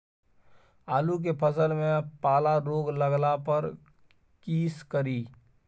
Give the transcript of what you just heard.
आलू के फसल मे पाला रोग लागला पर कीशकरि?